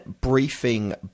briefing